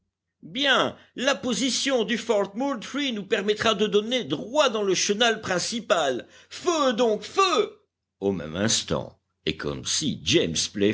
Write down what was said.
bien la position du fort moultrie nous permettra de donner droit dans le chenal principal feu donc feu au même instant et comme si james